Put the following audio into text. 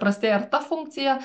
prastėja ir ta funkcija